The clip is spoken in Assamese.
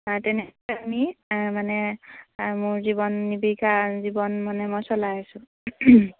আৰু তেনেকৈ আমি মানে মোৰ জীৱন নিৱিকা জীৱন মানে মই চলাই আছোঁ